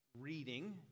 reading